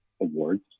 awards